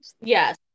yes